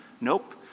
nope